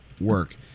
work